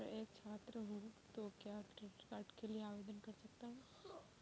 मैं एक छात्र हूँ तो क्या क्रेडिट कार्ड के लिए आवेदन कर सकता हूँ?